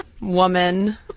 woman